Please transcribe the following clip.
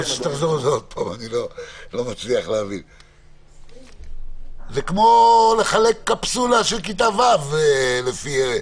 זה כמו לחלק קפסולה לכיתה אחת.